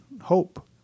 hope